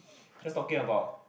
just talking about